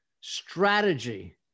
strategy